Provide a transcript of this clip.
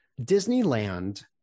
Disneyland